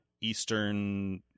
eastern